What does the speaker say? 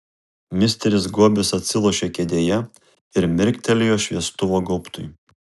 misteris gobis atsilošė kėdėje ir mirktelėjo šviestuvo gaubtui